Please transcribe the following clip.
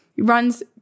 runs